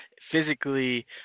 physically